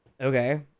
okay